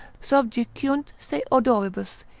subjiciunt se odoribus,